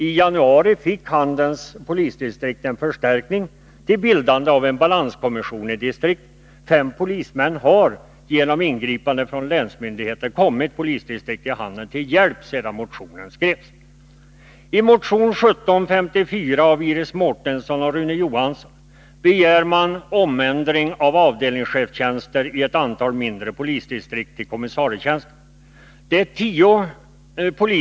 I januari i år fick Handens polisdistrikt en förstärkning till bildande av en balanskommission i distriktet. Fem polismän har genom ingripande från länsmyndigheten kommit polisdistriktet i Handen till hjälp sedan motionen skrevs. I motion 1754 av Iris Mårtensson och Rune Johansson begärs en omändring av avdelningschefstjänster i ett antal mindre polisdistrikt till kommissarietjänster.